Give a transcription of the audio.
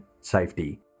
safety